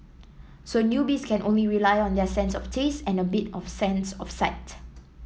so newbies can only rely on their sense of taste and a bit of sense of sight